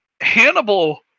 Hannibal